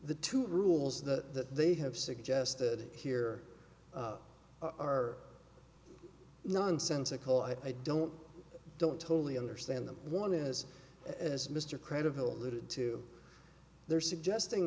the two rules that they have suggested here are nonsensical i don't don't totally understand them one is as mr credibility to their suggesti